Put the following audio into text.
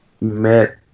met